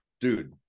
dude